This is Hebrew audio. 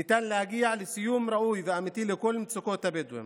ניתן להגיע לסיום ראוי ואמיתי של כל מצוקות הבדואים,